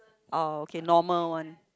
oh okay normal one